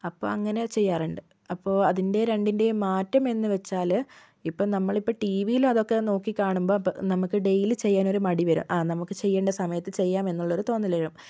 അപ്പോൾ അങ്ങനെ ചെയ്യാറുണ്ട് അപ്പോൾ അതിന്റെ രണ്ടിന്റെയും മാറ്റം എന്നുവെച്ചാൽ ഇപ്പോൾ നമ്മളിപ്പോൾ ടി വിയിൽ അതൊക്കെ നോക്കി കാണുമ്പോൾ നമുക്ക് ഡെയ്ലി ചെയ്യാനൊരു മടി വരും ആ നമുക്ക് ചെയ്യേണ്ട സമയത്ത് ചെയ്യാം എന്നുള്ളൊരു തോന്നൽ വരും